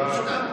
קיבלתי.